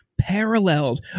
paralleled